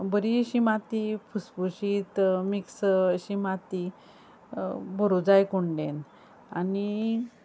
बरीशी माती फुसफुशीत मिक्स अशी माती भरूंक जाय कुंडेन आनी